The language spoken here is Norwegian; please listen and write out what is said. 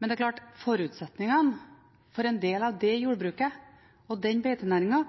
Men det er klart at forutsetningene for en del av det jordbruket og den beitenæringen